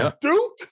Duke